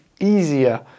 Easier